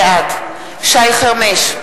בעד שי חרמש,